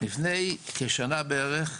לפני כשנה בערך,